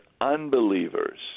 unbelievers